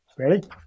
Ready